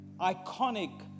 iconic